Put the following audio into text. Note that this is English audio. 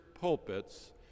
pulpits